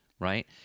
right